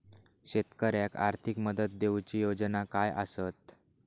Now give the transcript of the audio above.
शेतकऱ्याक आर्थिक मदत देऊची योजना काय आसत?